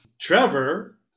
trevor